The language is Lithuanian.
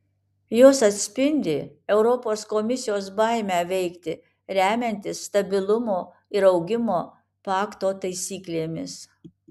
jos atspindi europos komisijos baimę veikti remiantis stabilumo ir augimo pakto taisyklėmis